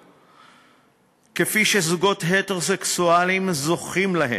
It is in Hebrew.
כפי שזוגות הטרוסקסואליים זוכים להן.